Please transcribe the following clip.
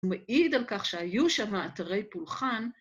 ‫ומעיד על כך שהיו שמה אתרי פולחן.